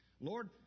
Lord